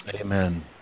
Amen